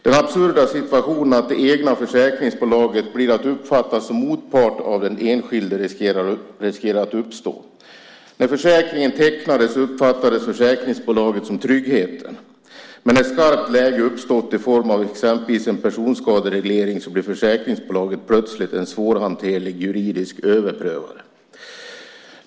Den absurda situationen att det egna försäkringsbolaget blir att uppfatta som motpart av den enskilde riskerar att uppstå. När försäkringen tecknades uppfattades försäkringsbolaget som tryggheten. Men när ett skarpt läge uppstått i form av exempelvis en personskadereglering blir försäkringsbolaget plötsligt en svårhanterlig juridisk överprövare.